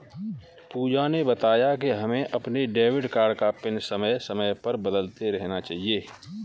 पूजा ने बताया कि हमें अपने डेबिट कार्ड का पिन समय समय पर बदलते रहना चाहिए